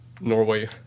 Norway